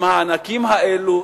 עם המענקים האלה,